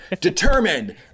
Determined